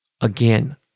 Again